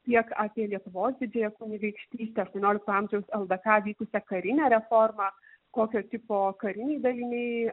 tiek apie lietuvos didžiąją kunigaikštystę aštuoniolikto amžiaus ldk vykusią karinę reformą kokio tipo kariniai daliniai